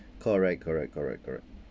correct correct correct correct